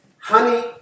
Honey